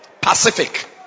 pacific